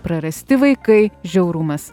prarasti vaikai žiaurumas